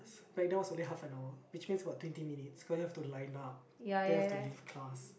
back then was only half an hour which means about twenty minutes go there have to line up then have to leave class